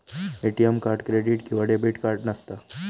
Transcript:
ATM card credit किंवा debit card नसता